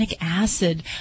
acid